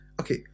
okay